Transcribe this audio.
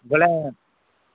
ବୋଲେ